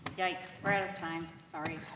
yikes. we're out of time. sorry.